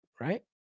right